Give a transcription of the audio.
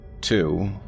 Two